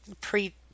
Pre